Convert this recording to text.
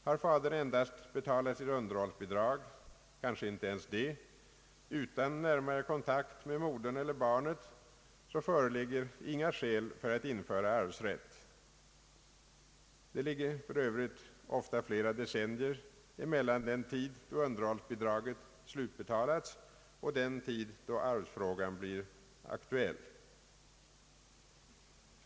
Har fadern endast betalat ett underhållsbidrag — kanske inte ens det — utan en närmare kontakt med modern eller barnet, föreligger inga skäl för att införa arvsrätt. Det ligger för övrigt ofta flera decennier mellan den tid då underhållsbidraget slutbetalades och den tid då arvsfrågan blir aktuell.